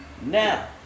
Now